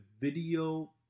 video